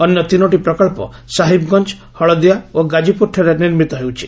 ଅନ୍ୟ ତିନୋଟି ପ୍ରକଳ୍ପ ସାହିବ୍ଗଞ୍ଜ ହଳଦିଆ ଓ ଗାଳିପୁରଠାରେ ନିର୍ମିତ ହେଉଛି